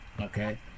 Okay